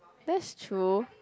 that's true